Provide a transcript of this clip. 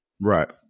Right